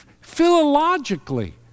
philologically